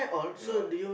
yeah